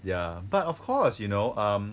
ya but of course you know um